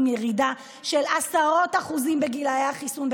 ירידה של עשרות אחוזים בגילי החיסון,